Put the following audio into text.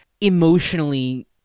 emotionally